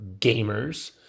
gamers